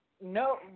no